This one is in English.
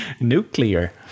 Nuclear